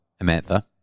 Amantha